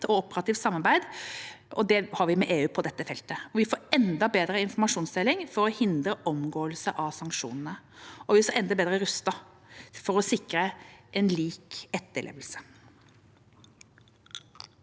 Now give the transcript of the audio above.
operativt samarbeid vi har med EU på dette feltet. Vi får enda bedre informasjonsdeling for å hindre omgåelser av sanksjonene, og vi står enda bedre rustet til å sikre lik etterlevelse.